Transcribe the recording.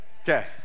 okay